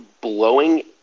blowing